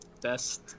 best